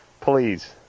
Please